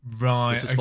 Right